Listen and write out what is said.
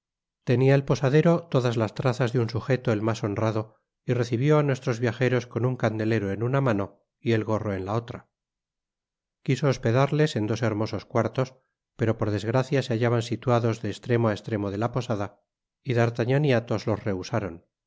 tenia el posadero todas las trazas de un sugeto el mas honrado y recibió á nuestros viajeros con un candelero en una mano y el gorro en la otra quiso hospedarles en dos hermosos cuartos pero por desgracia se hallaban situados de estremo á estremo de la posada y d'artagnan y athos los rehusaron